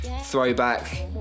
throwback